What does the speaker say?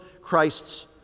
Christ's